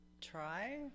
try